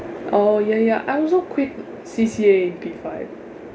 oh ya ya I also quit C_C_A in P five